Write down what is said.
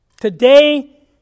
Today